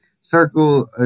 circle